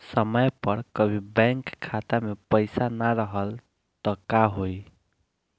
समय पर कभी बैंक खाता मे पईसा ना रहल त का होई?